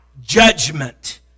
judgment